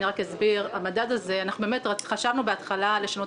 אני רק אסביר: אנחנו חשבנו בהתחלה לשנות